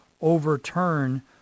overturn